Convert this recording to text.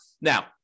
Now